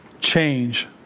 Change